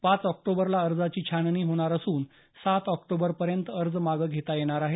पाच ऑक्टोबरला अर्जांची छाननी होणार असून सात ऑक्टोबरपर्यंत अर्ज मागं घेता येणार आहेत